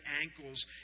ankles